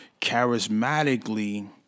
charismatically